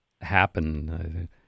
happen